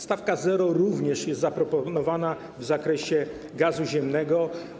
Stawka 0 również jest zaproponowana w zakresie gazu ziemnego.